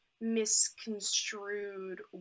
misconstrued